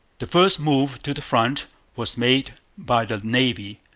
the first move to the front was made by the navy.